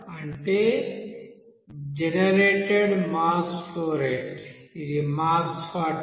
అంటే generated mass flow rate ఇది mass for time